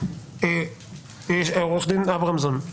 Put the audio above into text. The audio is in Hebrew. עורך דין אברמזון,